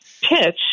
pitch